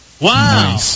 wow